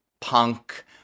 punk